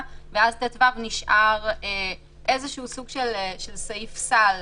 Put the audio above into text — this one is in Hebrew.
ואז סעיף 319(טו) נשאר מעין סעיף סל,